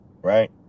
right